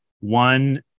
one